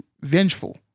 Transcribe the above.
vengeful